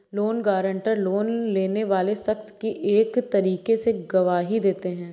loan guarantor, loan लेने वाले शख्स की एक तरीके से गवाही देते हैं